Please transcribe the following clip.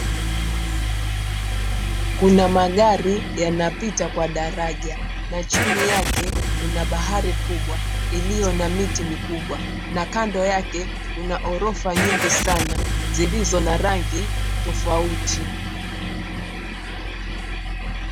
Kuna magari yanapita kwa daraja na chini yake kuna bahari kubwa iliyo na miti mikubwa na kando yake kuna ghorofa nyingi sana zilizo na rangi tofauti.